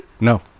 no